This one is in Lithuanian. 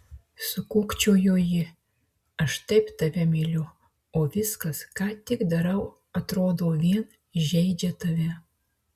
sukūkčiojo ji aš taip tave myliu o viskas ką tik darau atrodo vien žeidžia tave